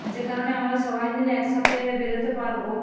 যে কারণে আমরা সবাই মিলে একসাথে বেরোতে পারব